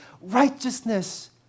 righteousness